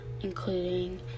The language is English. including